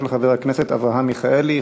הצעתו של חבר הכנסת אברהם מיכאלי.